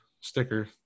sticker